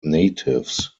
natives